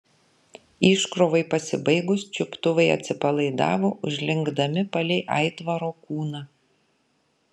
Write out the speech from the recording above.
iškrovai pasibaigus čiuptuvai atsipalaidavo užlinkdami palei aitvaro kūną